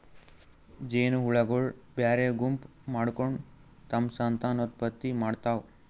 ಜೇನಹುಳಗೊಳ್ ಬ್ಯಾರೆ ಗುಂಪ್ ಮಾಡ್ಕೊಂಡ್ ತಮ್ಮ್ ಸಂತಾನೋತ್ಪತ್ತಿ ಮಾಡ್ತಾವ್